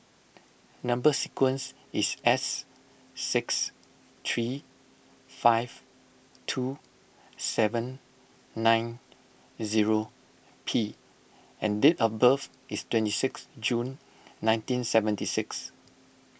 Number Sequence is S six three five two seven nine zero P and date of birth is twenty six June nineteen seventy six